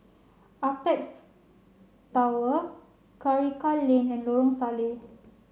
Apex Tower Karikal Lane and Lorong Salleh